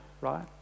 right